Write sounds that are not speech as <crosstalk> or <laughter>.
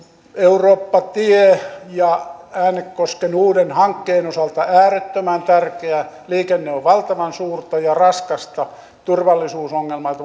eurooppa tie ja äänekosken uuden hankkeen osalta äärettömän tärkeä liikenne on valtavan suurta ja raskasta turvallisuusongelmat <unintelligible>